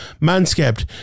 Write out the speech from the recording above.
manscaped